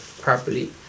properly